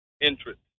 interest